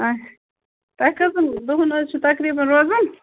اَچھا تۄہہِ کٔژن دۄہن حَظ چھُ تقریباً روزُن